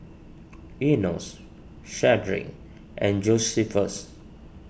Enos Shedrick and Josephus